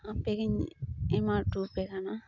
ᱟᱯᱮᱜᱤᱧ ᱮᱢᱟᱚᱴᱚ ᱟᱯᱮ ᱠᱟᱱᱟ